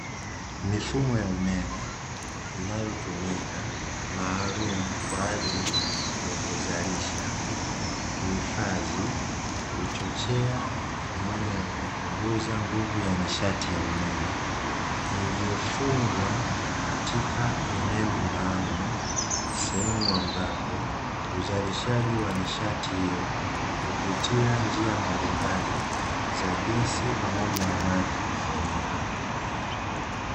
Mifumo ya umeme inayotumika maalumu kwa ajili ya kuzalisha, kuihifadhi, kuchochea pamoja na kupunguza nguvu ya nishati ya umeme. Iliyofungwa katika eneo maalumu, sehemu ambapo uzalishaji wa nishati hiyo kupitia njia mbalimbali za gesi pamoja na maji hufanyika.